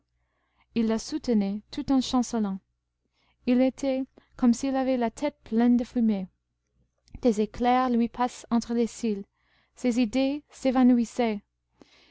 il la soutenait tout en chancelant il était comme s'il avait la tête pleine de fumée des éclairs lui passaient entre les cils ses idées s'évanouissaient